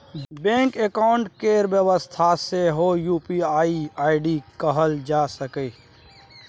bank account केर बेबस्था सेहो यु.पी.आइ आइ.डी कएल जा सकैए